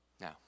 Now